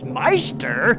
meister